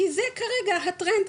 כי זה כרגע הטרנד,